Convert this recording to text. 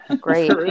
Great